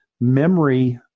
memory